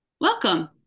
Welcome